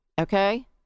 okay